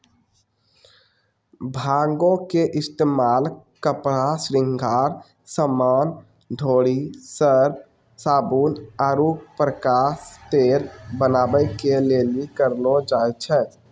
भांगो के इस्तेमाल कपड़ा, श्रृंगार समान, डोरी, सर्फ, साबुन आरु प्रकाश तेल बनाबै के लेली करलो जाय छै